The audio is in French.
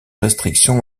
restrictions